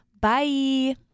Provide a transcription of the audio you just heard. bye